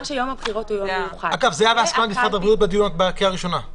זה היה בהסכמת משרד הבריאות בקריאה הראשונה.